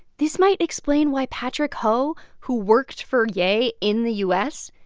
this might explain why patrick ho, who worked for ye in the u s,